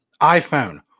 iPhone